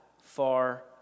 far